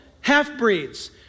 half-breeds